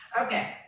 Okay